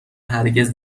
هرگز